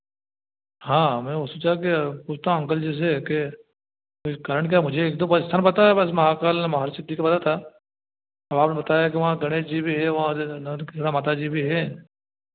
हाँ मैं वह सोचा कि पूछता हूँ अंकल जी के स्थान क्या मुझे एक दो का स्थान पता है बस महाकाल में वहाँ पर बताया कि वहाँ गणेश जी भी हैं और शीतला माता जी भी है